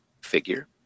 figure